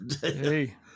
Hey